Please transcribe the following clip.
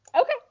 Okay